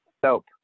soap